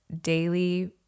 daily